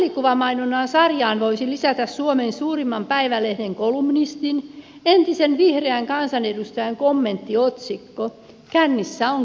samaan mielikuvamainonnan sarjaan voisi lisätä suomen suurimman päivälehden kolumnistin entisen vihreän kansanedustajan kommenttiotsikko kännissä on kivaa